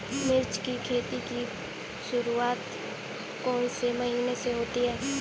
मिर्च की खेती की शुरूआत कौन से महीने में होती है?